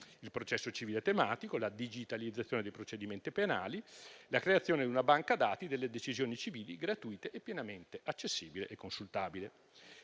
il processo civile telematico, la digitalizzazione dei procedimenti penali, la creazione di una banca dati delle decisioni civili gratuita e pienamente accessibile e consultabile.